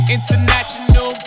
International